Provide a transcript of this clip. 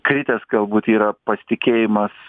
kritęs galbūt yra pasitikėjimas